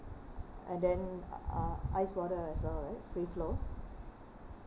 and then uh ice water as well right free flow